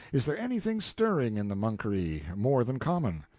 is there anything stirring in the monkery, more than common?